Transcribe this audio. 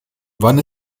wann